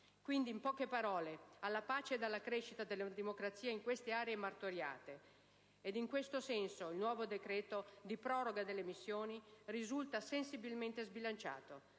quindi, in poche parole, alla pace ed alla crescita della democrazia in queste aree martoriate. In questo senso, il nuovo decreto di proroga delle missioni risulta sensibilmente sbilanciato